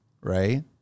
right